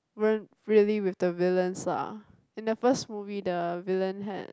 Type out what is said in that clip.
weren't really with the villains lah in the first movie the villain had